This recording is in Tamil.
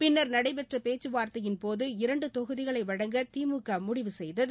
பின்னர் நடைபெற்ற பேச்சுவார்த்தையின் போது இரண்டு தொகுதிகளை வழங்க திமுக முடிவு செய்தகு